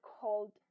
called